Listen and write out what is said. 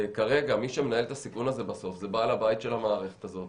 כרגע מי שמנהל את הסיכון הזה בסוף זה בעל הבית של המערכת הזאת,